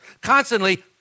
constantly